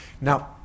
now